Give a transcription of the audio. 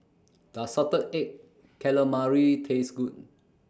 Does Salted Egg Calamari Taste Good